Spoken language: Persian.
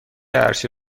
عرشه